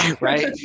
Right